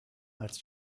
als